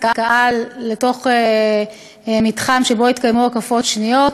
קהל לתוך מתחם שבו התקיימו הקפות שניות.